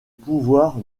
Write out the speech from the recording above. pouvoir